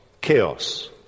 Chaos